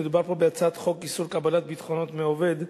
מדובר פה בהצעת חוק איסור קבלת ביטחונות מעובד,